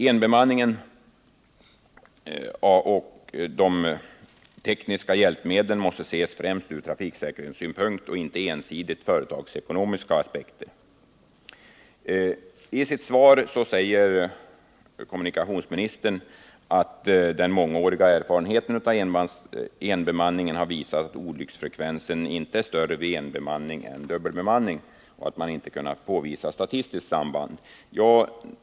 Enbemanningen och de tekniska hjälpmedlen måste ses främst ur trafiksäkerhetssynpunkt och inte ensidigt företagsekonomiska aspekter. I sitt svar säger kommunikationsministern att den mångåriga erfarenheten av enbemanning har visat att olycksfrekvensen inte har varit större vid enbemanning än vid dubbelbemanning och att man inte har kunnat påvisa något statistiskt samband mellan olyckor och lokbemanning.